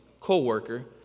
co-worker